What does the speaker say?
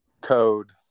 code